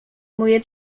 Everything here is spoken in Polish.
moje